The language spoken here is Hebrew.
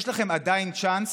יש לכם עדיין צ'אנס